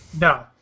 No